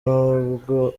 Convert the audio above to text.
nubwo